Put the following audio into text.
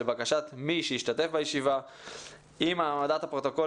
לבקשת מי שהשתתף בישיבה אם העמדת הפרוטוקול